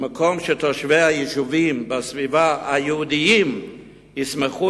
במקום שתושבי היישובים היהודיים בסביבה ישמחו